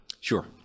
Sure